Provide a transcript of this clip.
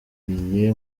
muri